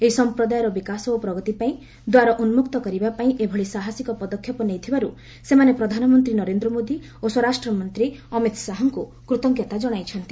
ଏହି ସମ୍ପ୍ରଦାୟର ବିକାଶ ଓ ପ୍ରଗତିପାଇଁ ଦ୍ୱାରା ଉନ୍ମକ୍ତ କରିବା ପାଇଁ ଏଭଳି ସାହସିକ ପଦକ୍ଷେପ ନେଇଥିବାରୁ ସେମାନେ ପ୍ରଧାନମନ୍ତ୍ରୀ ନରେନ୍ଦ୍ର ମୋଦି ଓ ସ୍ୱରାଷ୍ଟ୍ରମନ୍ତ୍ରୀ ଅମିତ ଶାହାଙ୍କୁ କୃତଜ୍ଞତା ଜଣାଇଛନ୍ତି